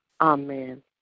Amen